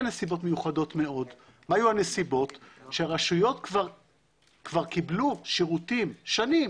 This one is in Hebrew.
נסיבות מיוחדות מיוחדות כשהרשויות קיבלו שירותים שנים